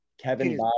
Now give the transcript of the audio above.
Kevin